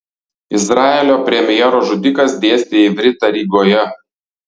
izraelio premjero žudikas dėstė ivritą rygoje